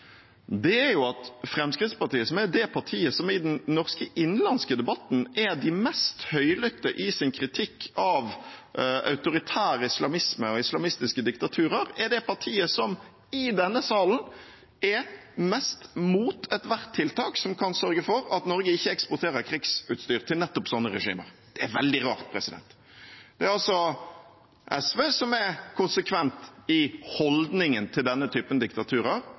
Det mest forunderlige med disse debattene, synes jeg, er at Fremskrittspartiet, som er det partiet som i den norske innenlandske debatten er de mest høylytte i sin kritikk av autoritær islamisme og islamistiske diktaturer, er det partiet som i denne salen er mest mot ethvert tiltak som kan sørge for at Norge ikke eksporterer krigsutstyr til nettopp sånne regimer. Det er veldig rart. Det er altså SV som er konsekvent i holdningen til denne typen diktaturer,